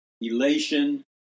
elation